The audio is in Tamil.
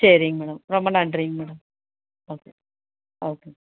சரிங்க மேடம் ரொம்ப நன்றிங்க மேடம் ஓகே ஓகே